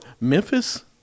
Memphis